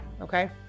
Okay